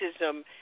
racism